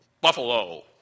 buffalo